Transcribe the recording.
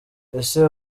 ese